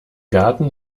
garten